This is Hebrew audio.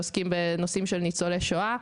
ניצולי שואה,